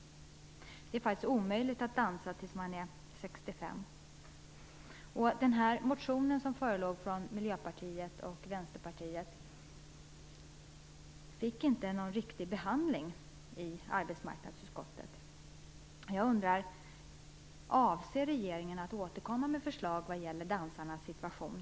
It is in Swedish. Det är omöjligt att dansa tills man är 65. Motionen från Miljöpartiet och Vänsterpartiet fick inte någon riktig behandling i arbetsmarknadsutskottet. Avser regeringen att återkomma med förslag vad gäller dansarnas situation?